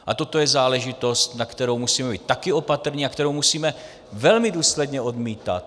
A toto je záležitost, na kterou musíme být taky opatrní a kterou musíme velmi důsledně odmítat.